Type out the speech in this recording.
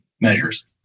measures